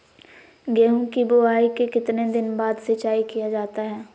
गेंहू की बोआई के कितने दिन बाद सिंचाई किया जाता है?